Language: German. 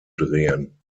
drehen